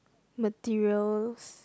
materials